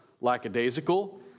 lackadaisical